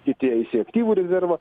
kiti eis į aktyvų rezervą